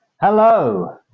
Hello